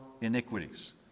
iniquities